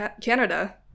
Canada